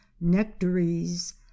nectaries